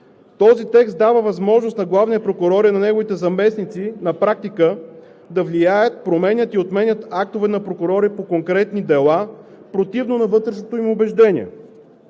Този текст дава възможност на главния прокурор и на неговите заместници на практика да влияят, променят и отменят актове на прокурори по конкретни дела противно на вътрешното им убеждение.